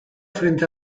frente